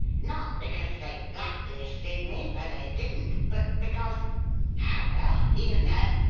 not because they blacklisted me for they didn't but because oh well, you know.